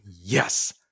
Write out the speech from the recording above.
Yes